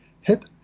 hit